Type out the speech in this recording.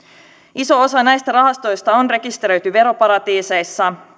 iso osa näistä rahastoista on rekisteröity veroparatiiseissa